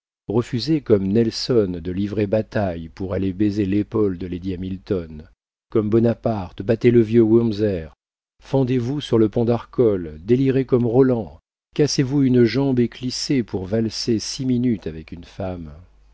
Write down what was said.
refusez comme nelson de livrer bataille pour aller baiser l'épaule de lady hamilton comme bonaparte battez le vieux wurmser fendez vous sur le pont d'arcole délirez comme roland cassez vous une jambe éclissée pour valser six minutes avec une femme